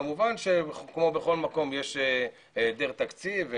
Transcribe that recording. כמובן שכמו בכל מקום יש היעדר תקציב,